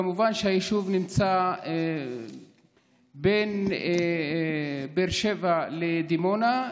כמובן שהיישוב נמצא בין באר שבע לדימונה,